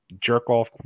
jerk-off